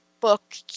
book